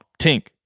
tink